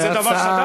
בהצעה, זה דבר חדש?